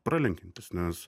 pralenkiantis nes